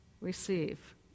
receive